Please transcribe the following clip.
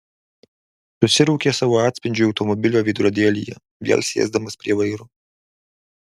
susiraukė savo atspindžiui automobilio veidrodėlyje vėl sėsdamas prie vairo